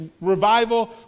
revival